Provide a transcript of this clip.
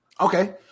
Okay